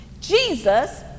Jesus